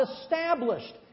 established